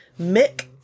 Mick